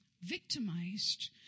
victimized